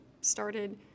started